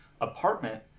apartment